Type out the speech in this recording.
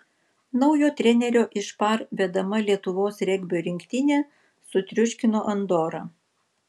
naujo trenerio iš par vedama lietuvos regbio rinktinė sutriuškino andorą